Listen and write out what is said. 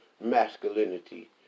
masculinity